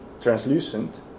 translucent